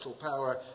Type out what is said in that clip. power